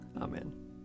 Amen